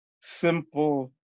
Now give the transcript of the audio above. simple